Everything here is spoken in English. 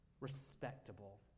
respectable